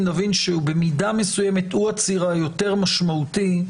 נבין שבמידה מסוימת הוא הציר היותר משמעותי,